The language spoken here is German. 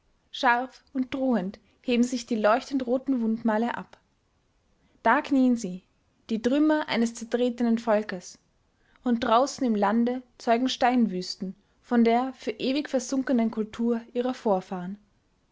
scharf und drohend heben sich die leuchtend roten wundmale ab da knien sie die trümmer eines zertretenen volkes und draußen im lande zeugen steinwüsten von der für ewig versunkenen kultur ihrer vorfahren